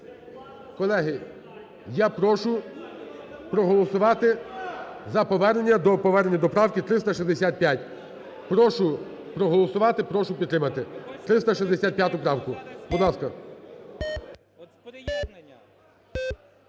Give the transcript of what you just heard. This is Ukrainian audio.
Колеги, я прошу проголосувати за повернення, до повернення до правки 365-ї. Прошу проголосувати. Прошу підтримати 365 правку. Будь ласка.